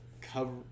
cover